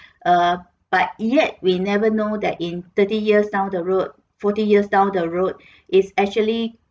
err but yet we never know that in thirty years down the road forty years down the road is actually